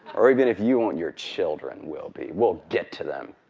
or even if you won't, your children will be. we'll get to them,